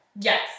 Yes